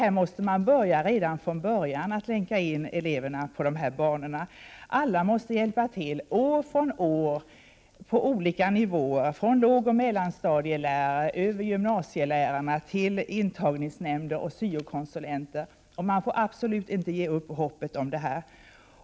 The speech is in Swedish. Här måste man redan från början länka in eleverna på dessa banor. Alla måste hjälpa till år från år på olika nivåer, från lågoch mellanstadielärare över gymnasielärare till intagningsnämnder och SYO konsulenter. Man får alltså inte ge upp hoppet i fråga om detta.